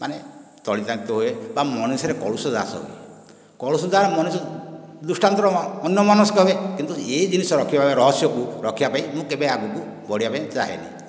ମାନେ ତଳିତଳାନ୍ତ ହୁଏ ବା ମଣିଷରେ କଳୁଷ ଜାତ ହୁଏ କଳୁଷ ଦ୍ୱାରା ମଣିଷ ଦୃଷ୍ଟାନ୍ତର ଅନ୍ୟମନସ୍କ ହୁଏ କିନ୍ତୁ ଏ ଜିନିଷ ରଖିବା ରହସ୍ୟକୁ ରଖିବା ପାଇଁ ମୁଁ କେବେ ଆଗକୁ ବଢ଼ିବା ପାଇଁ ଚାହେଁନି